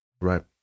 right